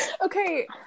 Okay